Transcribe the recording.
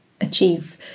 achieve